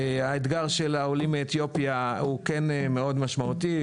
האתגר של העולים מאתיופיה הוא מאוד משמעותי,